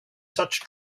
such